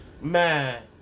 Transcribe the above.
Man